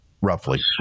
Roughly